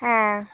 ᱦᱮᱸ